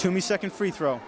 to me second free throw